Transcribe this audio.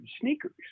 sneakers